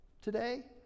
today